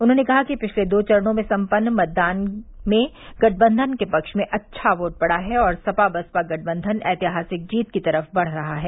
उन्होंने कहा कि पिछले दो चरणों में सम्पन्न मतदान में गठबंधन के पक्ष में अच्छा वोट पड़ा है और सपा बसपा गठबंधन ऐतिहासिक जीत की तरफ बढ़ रहा है